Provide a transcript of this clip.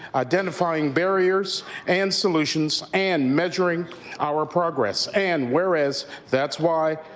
identifying barriers and solutions and measuring our progress and whereas that's why,